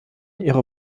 ihre